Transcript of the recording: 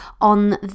on